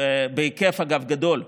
ובהיקף גדול,